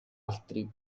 altri